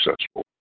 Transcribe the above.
successful